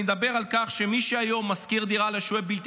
אני אדבר על כך שמי שיום משכיר דירה לשוהה בלתי